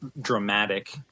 dramatic